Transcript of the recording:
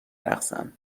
رقصن